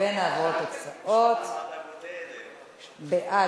ונעבור לתוצאות: בעד,